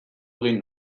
egin